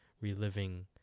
reliving